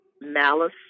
malice